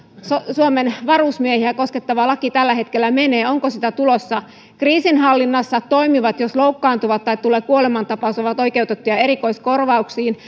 suomen varusmiehiä koskettava laki tällä hetkellä menee onko sitä tulossa kriisinhallinnassa toimivat jos loukkaantuvat tai tulee kuolemantapaus ovat oikeutettuja erikoiskorvauksiin